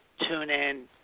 TuneIn